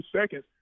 seconds